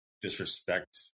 disrespect